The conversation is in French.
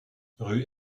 rue